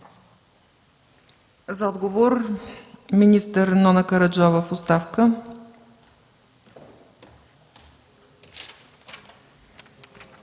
За отговор – министър Нона Караджова в оставка.